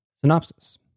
synopsis